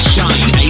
Shine